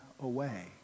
away